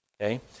Okay